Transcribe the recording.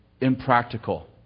impractical